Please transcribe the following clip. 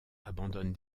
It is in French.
abandonne